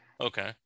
Okay